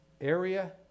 area